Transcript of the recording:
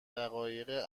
دقایق